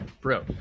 Bro